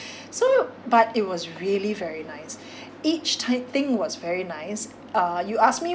so but it was really very nice each type thing was very nice uh you ask me